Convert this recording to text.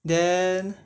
then